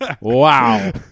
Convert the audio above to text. Wow